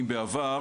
אם בעבר,